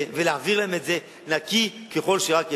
ולהעביר להם את זה נקי ככל שרק אפשר,